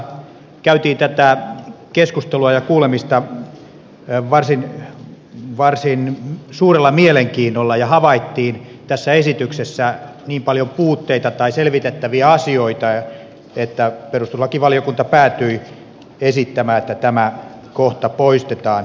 perustuslakivaliokunnassa käytiin tätä keskustelua ja kuulemista varsin suurella mielenkiinnolla ja havaittiin tässä esityksessä niin paljon puutteita tai selvitettäviä asioita että perustuslakivaliokunta päätyi esittämään että tämä kohta poistetaan tässä vaiheessa